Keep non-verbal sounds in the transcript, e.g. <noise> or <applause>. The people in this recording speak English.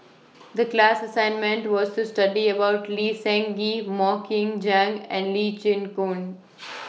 The class assignment was to study about Lee Seng Gee Mok Ying Jang and Lee Chin Koon <noise>